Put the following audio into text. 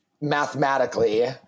mathematically